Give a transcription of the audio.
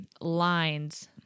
lines